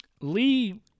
Lee